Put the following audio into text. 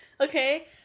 okay